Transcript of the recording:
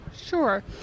Sure